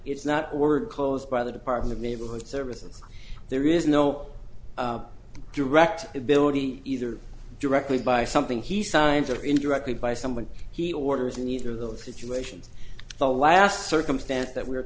it's not worth caused by the department of neighborhood services there is no direct ability either directly by something he signs or indirectly by someone he orders in either of those situations the last circumstance that we